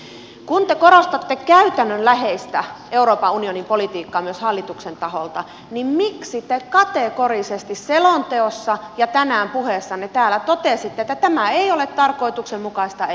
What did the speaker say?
kun te korostatte käytännönläheistä euroopan unionin politiikkaa myös hallituksen taholta niin miksi te kategorisesti selonteossa ja tänään puheessanne täällä totesitte että tämä ei ole tarkoituksenmukaista eikä järkevää